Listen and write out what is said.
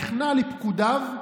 נכנע לפקודיו,